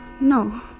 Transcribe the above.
No